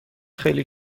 خیلی